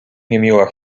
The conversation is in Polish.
niemiła